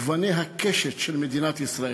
גוני הקשת של מדינת ישראל: